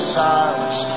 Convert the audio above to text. silence